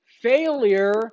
failure